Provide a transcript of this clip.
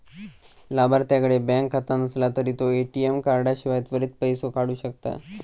लाभार्थ्याकडे बँक खाता नसला तरी तो ए.टी.एम कार्डाशिवाय त्वरित पैसो काढू शकता